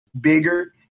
bigger